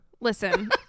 Listen